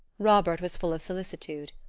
robert was full of solicitude.